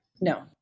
No